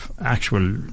actual